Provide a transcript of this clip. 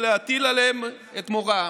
ולהטיל עליהם את מוראה.